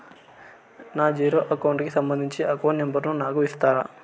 నా zero account కి సంబంధించి అకౌంట్ నెంబర్ ను నాకు ఇస్తారా